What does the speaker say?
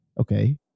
Okay